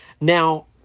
Now